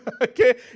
Okay